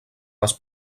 les